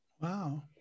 Wow